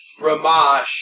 Ramash